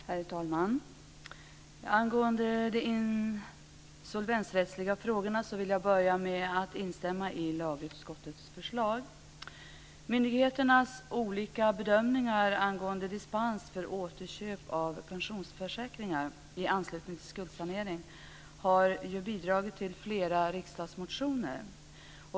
Herr talman! Angående de insolvensrättsliga frågorna vill jag börja med att instämma i lagutskottets förslag. Myndigheternas olika bedömningar angående dispens för återköp av pensionsförsäkringar i anslutning till skuldsanering har bidragit till flera riksdagsmotioner.